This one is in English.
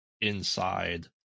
Inside